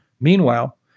Meanwhile